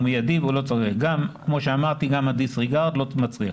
גם כמו שאמרתי הדיס-ריגארד לא מצריך.